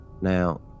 Now